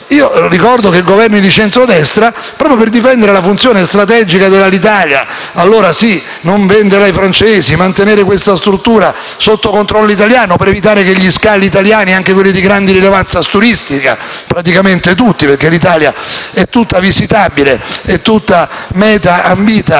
l'operato dei Governi di centrodestra, chiamati a difendere la funzione strategica di Alitalia, allora sì, non vendendola ai francesi e mantenendo la struttura sotto controllo italiano per evitare di perdere scali italiani, anche quelli di grande rilevanza turistica (praticamente tutti, perché l'Italia è tutta visitabile e meta ambita